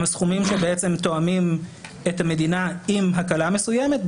הסכומים שתואמים את המדינה עם הקלה מסוימת.